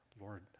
Lord